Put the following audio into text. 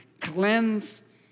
Cleanse